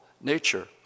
nature